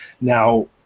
now